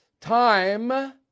Time